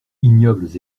ignobles